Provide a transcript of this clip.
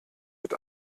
mit